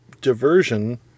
diversion